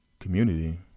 Community